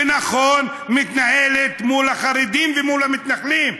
ונכון מתנהלת מול החרדים ומול המתנחלים.